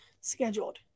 scheduled